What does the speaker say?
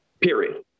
period